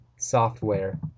software